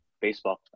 baseball